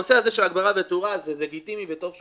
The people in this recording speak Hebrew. הנושא של הגברה ותאורה זה לגיטימי וטוב.